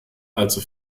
allzu